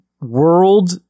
World